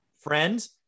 friends